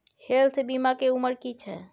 Health बीमा के उमर की छै?